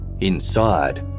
Inside